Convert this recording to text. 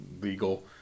legal